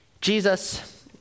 Jesus